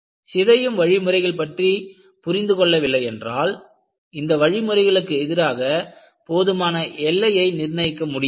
சிதையும் வழிமுறைகள் பற்றி புரிந்து கொள்ளவில்லை என்றால் இந்த வழிமுறைகளுக்கு எதிராக போதுமான எல்லையை நிர்ணயிக்க முடியாது